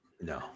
No